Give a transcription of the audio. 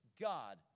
God